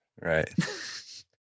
Right